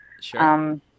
Sure